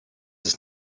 ist